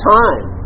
time